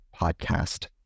podcast